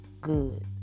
good